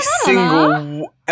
single